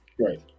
right